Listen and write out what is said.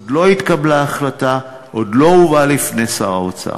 עוד לא התקבלה החלטה, עוד לא הובאה לפני שר האוצר.